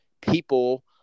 people